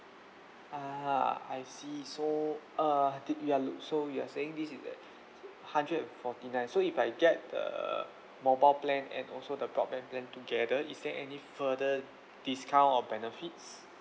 ah I see so uh did we are look~ so you're saying this is the hundred forty nine so if I get the mobile plan and also the broadband plan together is there any further discount or benefits